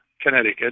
Connecticut